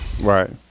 Right